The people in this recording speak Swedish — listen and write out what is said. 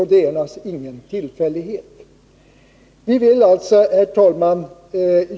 Det är naturligtvis ingen tillfällighet att de toppar den listan.